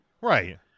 right